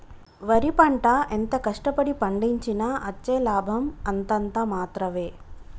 వరి పంట ఎంత కష్ట పడి పండించినా అచ్చే లాభం అంతంత మాత్రవే